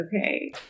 okay